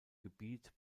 gebiet